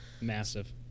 Massive